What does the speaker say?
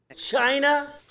China